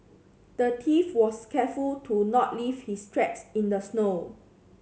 the thief was careful to not leave his tracks in the snow